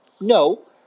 No